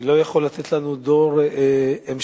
לא יכולה לתת לנו דור המשך